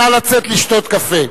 נא לצאת לשתות קפה.